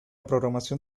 programación